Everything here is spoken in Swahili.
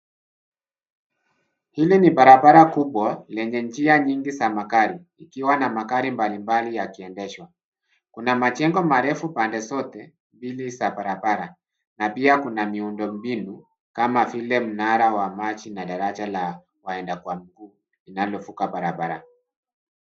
Hili ni barabara kubwa lenye njia nyingi za magari ikiwa na magari mbalimbali yakiendeshwa. Kuna majengo marefu pande zote mbili za barabara na pia kuna miundombinu kama vile mnara wa maji na daraja la waenda kwa miguu linalovuka barabara.